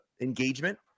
engagement